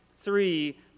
three